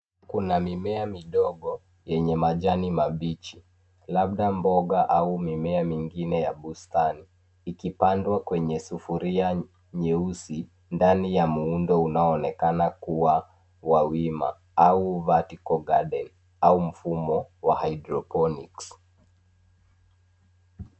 Kuna mimea midogo yenye majani mabichi labda mboga au mimea mingine ya bustani ikipandwa kwenye sufuria nyeusi, ndani ya muundo unaonekana kuwa wa wima au vertical garden au mfumo wa hydroponics .